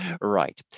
right